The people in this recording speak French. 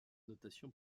notation